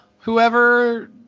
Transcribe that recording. whoever